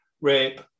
rape